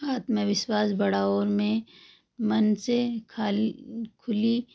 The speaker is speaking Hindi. आत्मविश्वास बड़ा और मैं मन से खाली खुली